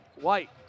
White